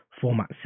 format